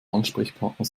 ansprechpartner